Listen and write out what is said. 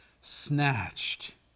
snatched